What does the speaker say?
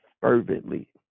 fervently